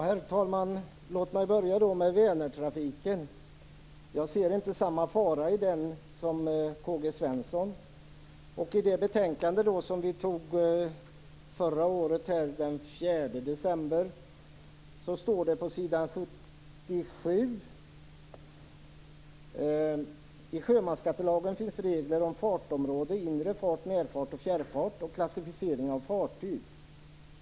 Herr talman! Låt mig börja med Vänerntrafiken. Jag ser inte samma fara i den som K-G Svenson. I den proposition som vi antog förra året den 4 december står det på s. 77: "I sjömansskattelagen finns det regler om fartområdena inre fart, närfart och fjärrfart och klassificeringen av fartyg.